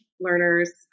learners